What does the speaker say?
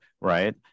right